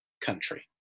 Country